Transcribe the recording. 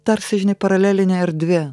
tarsi žinai paralelinė erdvė